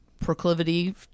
proclivity